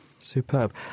superb